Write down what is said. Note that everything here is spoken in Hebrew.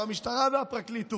עכשיו, המשטרה והפרקליטות